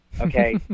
Okay